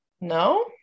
No